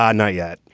ah not yet.